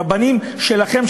רבנים שלכם,